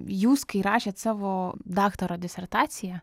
jūs kai rašėt savo daktaro disertaciją